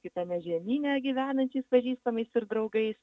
kitame žemyne gyvenantys pažįstamais ir draugais